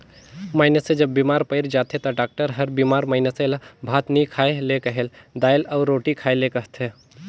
मइनसे जब बेमार पइर जाथे ता डॉक्टर हर बेमार मइनसे ल भात नी खाए ले कहेल, दाएल अउ रोटी खाए ले कहथे